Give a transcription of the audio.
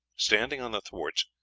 standing on the thwarts,